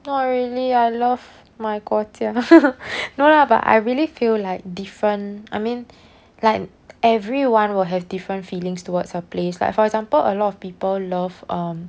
not really I love my 国家 no lah but I really feel like different I mean like everyone will have different feelings towards a place like for example a lot of people love um